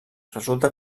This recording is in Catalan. resulta